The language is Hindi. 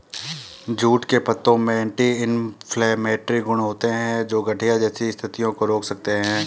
जूट के पत्तों में एंटी इंफ्लेमेटरी गुण होते हैं, जो गठिया जैसी स्थितियों को रोक सकते हैं